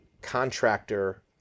contractor